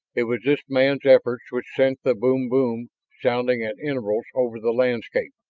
it was this man's efforts which sent the boom-boom sounding at intervals over the landscape.